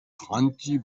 franzi